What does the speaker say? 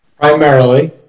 Primarily